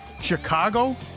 Chicago